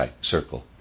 circle